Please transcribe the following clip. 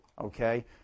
okay